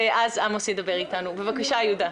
בבקשה יהודה.